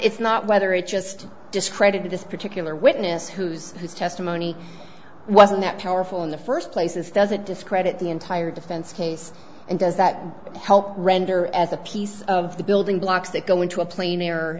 it's not whether it's just discredited this particular witness who's whose testimony wasn't that powerful in the first place this doesn't discredit the entire defense case and does that help render as a piece of the building blocks that go into a pla